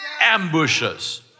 ambushes